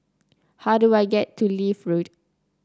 how do I get to Leith Road